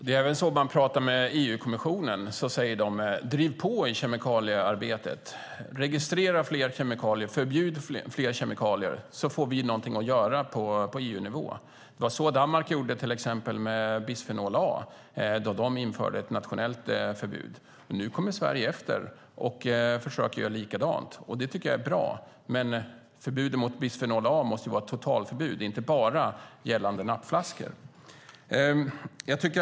Herr talman! När man pratar med EU-kommissionen säger de: Driv på i kemikaliearbetet! Registrera fler kemikalier och förbjud fler kemikalier, så får vi någonting att göra på EU-nivå. Det var så Danmark gjorde till exempel med bisfenol A då de införde ett nationellt förbud. Nu kommer Sverige efter och försöker göra likadant, och det tycker jag är bra. Men förbudet mot bisfenol A måste vara ett totalförbud, inte bara gällande nappflaskor.